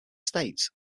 states